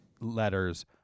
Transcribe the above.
letters